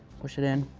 push it in,